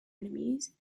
enemies